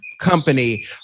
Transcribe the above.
company